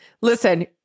listen